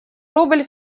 рубль